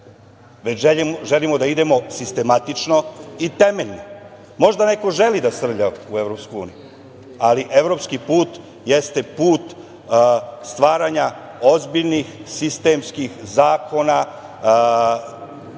već želimo da idemo sistematično i temeljno. Možda neko želi da srlja u EU. ali evropski put jeste put stvaranja ozbiljnih sistemskih zakona